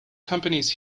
companies